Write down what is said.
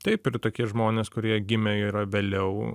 taip ir tokie žmonės kurie gimę yra vėliau